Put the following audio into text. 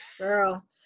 Girl